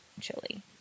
Chili